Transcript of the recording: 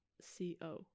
c-o